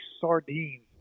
sardines